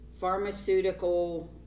pharmaceutical